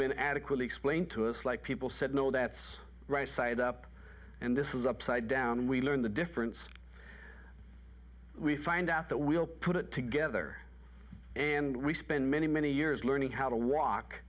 been adequately explained to us like people said no that's right side up and this is upside down and we learn the difference we find out that we'll put it together and we spend many many years learning how to walk